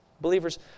Believers